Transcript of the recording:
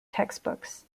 textbooks